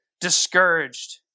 discouraged